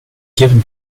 given